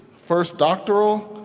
first doctoral,